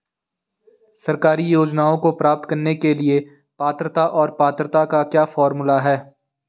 सरकारी योजनाओं को प्राप्त करने के लिए पात्रता और पात्रता का क्या फार्मूला है?